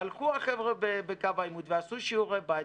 והלכו החבר'ה בקו העימות ועשו שיעורי בית,